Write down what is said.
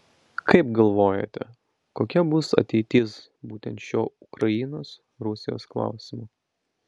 kaip galvojate kokia bus ateitis būtent šiuo ukrainos rusijos klausimu